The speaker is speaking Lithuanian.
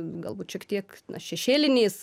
galbūt šiek tiek na šešėliniais